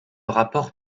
rapport